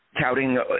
touting